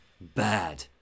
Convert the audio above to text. bad